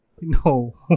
No